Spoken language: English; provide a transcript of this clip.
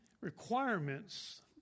requirements